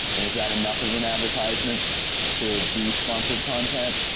and is that enough of an advertisement to be sponsored content,